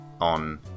on